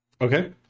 Okay